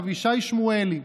התשפ"א 2021,